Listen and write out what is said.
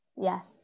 yes